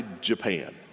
Japan